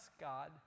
God